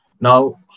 now